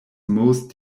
most